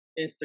Instagram